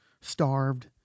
starved